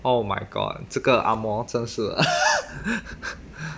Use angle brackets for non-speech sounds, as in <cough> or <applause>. oh my god 这个 ang moh 真是 <laughs>